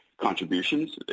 contributions